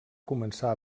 començar